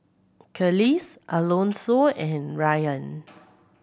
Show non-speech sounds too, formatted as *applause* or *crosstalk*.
Kelis Alonso and Rayan *noise*